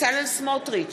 בצלאל סמוטריץ,